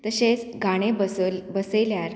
तशेंच गाणें बस बसयल्यार